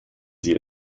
sie